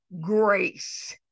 grace